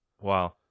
Wow